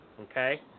Okay